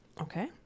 okay